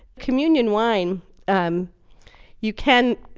communion wine um you can,